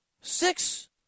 six